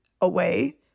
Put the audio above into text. away